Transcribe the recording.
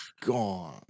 gone